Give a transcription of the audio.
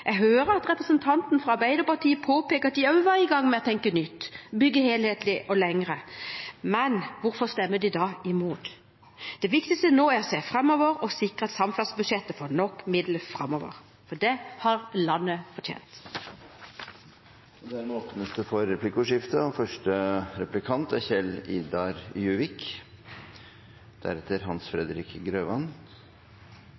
Jeg hører at representanten fra Arbeiderpartiet påpeker at de også var i gang med å tenke nytt, bygge helhetlig og lengre. Men hvorfor stemmer de da i imot? Det viktigste nå er å se framover og sikre at samferdselsbudsjettet får nok midler framover. Det har landet fortjent. Det blir replikkordskifte. For mange i dette landet er flytilbudet en del av deres kollektivtilbud, og det er